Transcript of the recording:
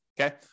okay